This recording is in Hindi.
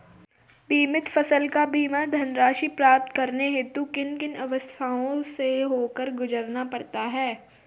बीमित फसल का बीमा धनराशि प्राप्त करने हेतु किन किन अवस्थाओं से होकर गुजरना पड़ता है?